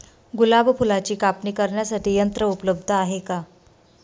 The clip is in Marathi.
गुलाब फुलाची कापणी करण्यासाठी यंत्र उपलब्ध आहे का?